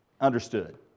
understood